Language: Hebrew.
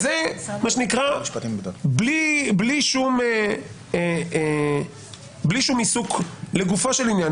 זה בלי שום עיסוק לגופו של עניין.